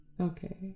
Okay